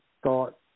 thought